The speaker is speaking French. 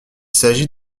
s’agit